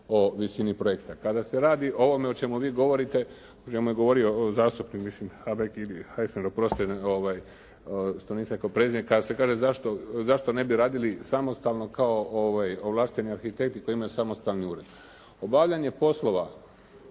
o visini projekta. Kada se radi o ovome o čemu vi govorite, o čemu je govorio zastupnik mislim Habek ili Heffer, oprostite što nisam rekao prezime. Kada se kaže zašto ne bi radili samostalno kao ovlašteni arhitekti koji imaju samostalni ured. Obavljanje poslova